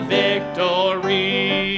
victory